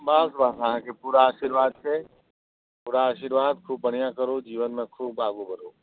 बस बस अहाँके पूरा आशीर्वाद छै पूरा आशीर्वाद खूब बढ़िआँसँ रहू जीवनमे खूब आगू बढ़ू